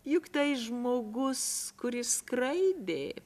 juk tai žmogus kuris skraidė